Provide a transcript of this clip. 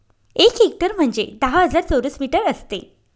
एक हेक्टर म्हणजे दहा हजार चौरस मीटर असते